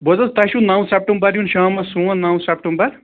بوز حظ تۄہہِ چھُو نَو سٮ۪پٹَمبَر یُن شامَس سون نَو سٮ۪پٹَمبَر